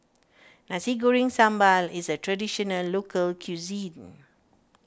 Nasi Goreng Sambal is a Traditional Local Cuisine